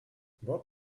what